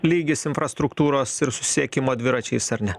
lygis infrastruktūros ir susisiekimo dviračiais ar ne